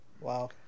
Wow